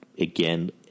again